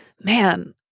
man—